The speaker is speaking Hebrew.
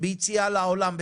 היציאה לעולם הגדול,